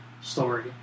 story